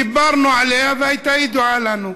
דיברנו עליה והיא הייתה ידועה לנו.